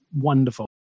wonderful